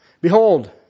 Behold